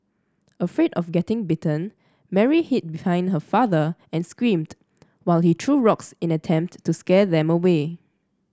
afraid of getting bitten Mary hid hind her father and screamed while he threw rocks in attempt to scare them away